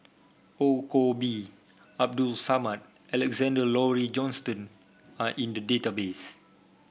Ong Koh Bee Abdul Samad Alexander Laurie Johnston are in the database